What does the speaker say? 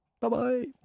Bye-bye